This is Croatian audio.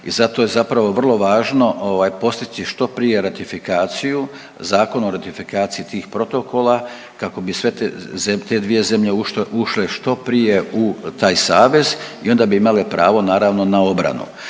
i zato je zapravo vrlo važno ovaj postići što prije ratifikaciju, Zakon o ratifikaciji tih protokola, kako bi te dvije zemlje ušle što prije u taj savez i onda bi imale pravo naravno na obranu,